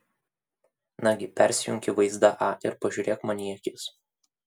nagi persijunk į vaizdą a ir pažiūrėk man į akis